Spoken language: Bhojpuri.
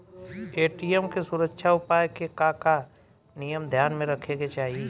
ए.टी.एम के सुरक्षा उपाय के का का नियम ध्यान में रखे के चाहीं?